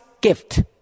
gift